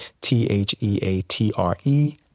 T-H-E-A-T-R-E